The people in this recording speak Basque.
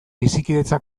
bizikidetza